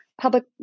Public